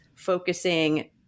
focusing